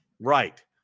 Right